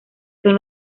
son